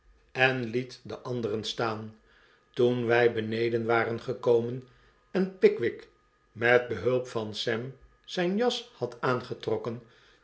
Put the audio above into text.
en liet den anderen staan toen wij beneden waren gekomen en pickwick met behulp van sam zfln jas had aangetrokken